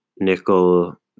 nickel